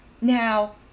Now